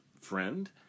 friend